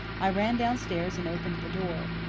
i ran downstairs and opened the door.